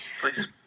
please